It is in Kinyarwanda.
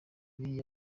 amayeri